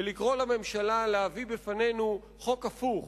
ולקרוא לממשלה להביא בפנינו חוק הפוך,